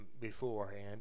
beforehand